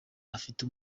afite